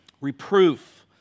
Reproof